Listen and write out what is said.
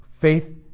faith